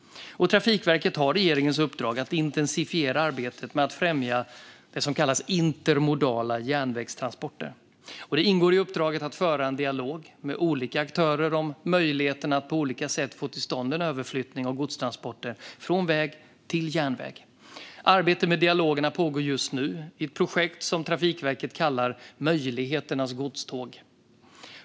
Trafikverket har regeringens uppdrag att intensifiera arbetet med att främja det som kallas intermodala järnvägstransporter. Det ingår i uppdraget att föra dialog med olika aktörer om möjligheterna att på olika sätt få till stånd en överflyttning av godstransporter från väg till järnväg. Arbetet med dialogerna pågår just nu i ett projekt som Trafikverket kallar Möjligheternas godståg.